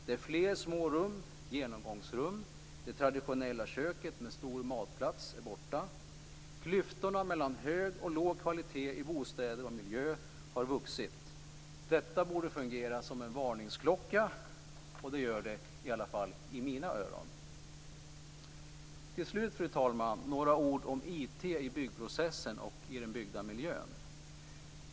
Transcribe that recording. Det är fler små rum och genomgångsrum, och det traditionella köket med stor matplats är borta. Klyftorna mellan hög och låg kvalitet i bostäder och miljö har vuxit. Detta borde fungera som en varningsklocka. Det gör det i alla fall i mina öron. Till slut, fru talman, vill jag säga några ord om IT i byggprocessen och i den byggda miljön.